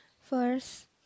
First